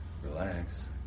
Relax